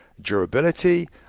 durability